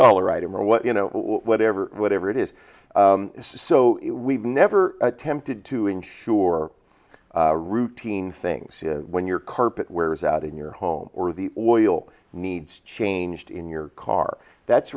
dollar item or what you know whatever whatever it is so we've never attempted to ensure routine things when your carpet wears out in your home or the oil needs changed in your car that's